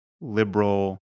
liberal